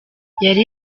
yari